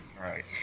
Right